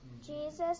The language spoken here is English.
Jesus